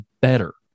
better